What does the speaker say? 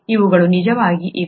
ಇವುಗಳು ನಿಜವಾಗಿ ಇವೆ